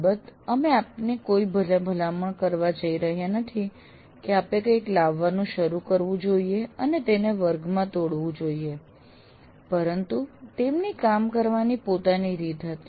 અલબત્ત અમે આપને કોઈને ભલામણ કરવા જઈ રહ્યા નથી કે આપે કંઈક લાવવાનું શરૂ કરવું જોઈએ અને તેને વર્ગમાં તોડવું જોઈએ પરંતુ તેમની કામ કરવાની પોતાની રીત હતી